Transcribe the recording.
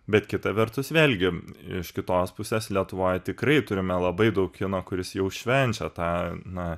bet kita vertus vėlgi iš kitos pusės lietuvoje tikrai turime labai daug kino kuris jau švenčia tą na